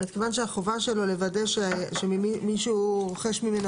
כיוון שהחובה שלו לוודא שמי שהוא רוכש ממנו,